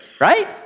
Right